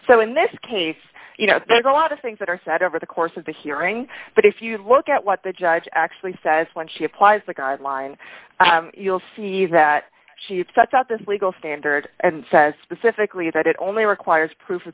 so in this case you know there's a lot of things that are said over the course of the hearing but if you look at what the judge actually says when she applies the guidelines you'll see that she is such at this legal standard and says specifically that it only requires proof of